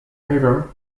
river